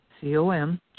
C-O-M